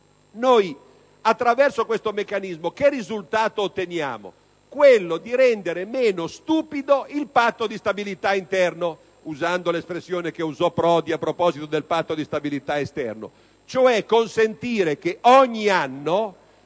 di mettere in atto - che risultato otteniamo? Quello di rendere meno stupido il Patto di stabilità interno - mutuando l'espressione che usò Prodi a proposito del Patto di stabilità esterno - cioè consentire ogni anno